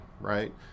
right